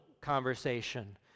conversation